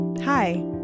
Hi